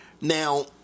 now